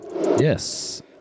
Yes